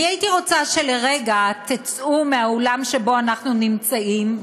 הייתי רוצה שלרגע תצאו מהאולם שבו אנחנו נמצאים,